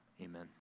amen